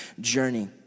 journey